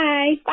Bye